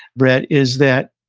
brett, is that,